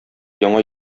яңа